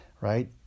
Right